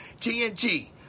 TNT